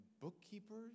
bookkeepers